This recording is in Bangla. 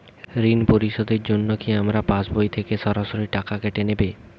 ঋণ পরিশোধের জন্য কি আমার পাশবই থেকে সরাসরি টাকা কেটে নেবে?